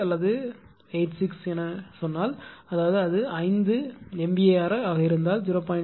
85 அல்லது 86 எனச் சொன்னால் அதாவது அது 5 MVAr ஆக இருந்தால் 0